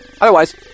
Otherwise